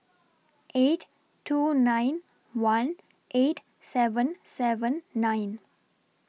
eight two nine one eight seven seven nine